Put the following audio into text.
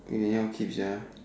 you anyhow keep ya